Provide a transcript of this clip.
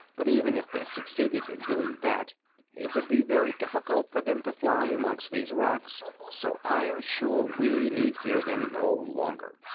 but even if they succeeded in doing that it would be very difficult for them to fly amongst these rocks so i am sure we need fear them no longer.